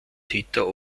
täter